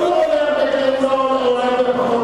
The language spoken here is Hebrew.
כיוון שהוא עולה הרבה כסף, זה נכון.